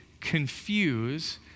confuse